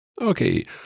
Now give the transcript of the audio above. Okay